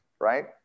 right